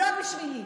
לא בשבילי.